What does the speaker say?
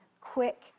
quick